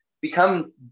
become